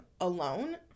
alone